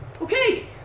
Okay